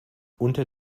unter